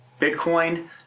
bitcoin